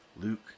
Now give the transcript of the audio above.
Luke